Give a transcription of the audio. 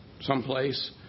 someplace